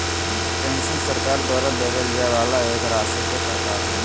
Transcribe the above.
pension सरकार द्वारा देबल जाय वाला एक राशि के प्रकार हय